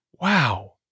Wow